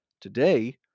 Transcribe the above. Today